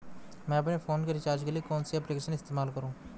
मैं अपने फोन के रिचार्ज के लिए कौन सी एप्लिकेशन इस्तेमाल करूँ?